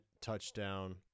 touchdown